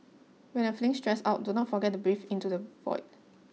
when you are feeling stressed out do not forget to breathe into the void